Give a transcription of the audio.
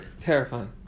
terrifying